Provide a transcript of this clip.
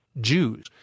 Jews